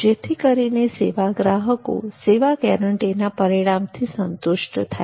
જેથી કરીને સેવા ગ્રાહકો સેવા ગેરંટીના પરિણામથી સંતુષ્ટ થાય